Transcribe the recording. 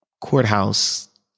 courthouse